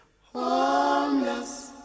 Homeless